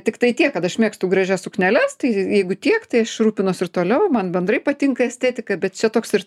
tiktai tiek kad aš mėgstu gražias sukneles tai jeigu tiek tai aš rūpinuos ir toliau man bendrai patinka estetika bet čia toks ir